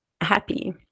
happy